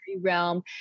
realm